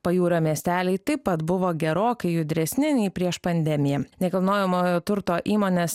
pajūrio miesteliai taip pat buvo gerokai judresni nei prieš pandemiją nekilnojamojo turto įmonės